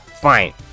fine